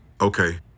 Okay